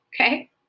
okay